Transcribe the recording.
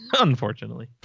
Unfortunately